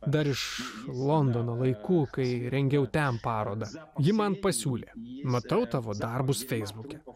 dar iš londono laikų kai rengiau ten parodą ji man pasiūlė matau tavo darbus feisbuke